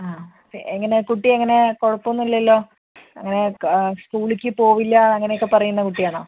ആ എങ്ങനെ കുട്ടിയെങ്ങനെ കുഴപ്പമൊന്നുമില്ലല്ലോ അങ്ങനെ സ്കൂളിലേക്ക് പോവില്ല അങ്ങനെയൊക്കെ പറയുന്ന കുട്ടിയാണോ